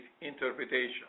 interpretation